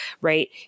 right